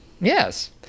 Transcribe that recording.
Yes